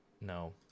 no